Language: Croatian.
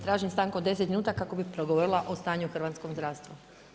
Tražim stanku od 10 minuta kako bi progovorila o stanju u hrvatskom zdravstvu.